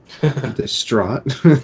distraught